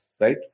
Right